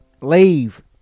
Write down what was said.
leave